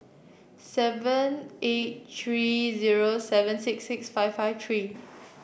seven eight three zero seven six six five five three